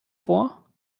vor